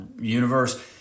universe –